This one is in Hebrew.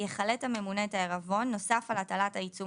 יחלט הממונה את העירבון נוסף על הטלת העיצום